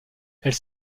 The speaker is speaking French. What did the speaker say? elle